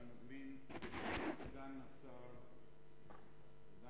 אני מזמין את סגן שר הביטחון,